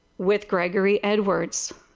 with gregory edwards.